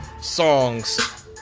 Songs